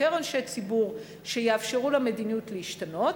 יותר אנשי ציבור שיאפשרו למדיניות להשתנות,